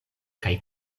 kaj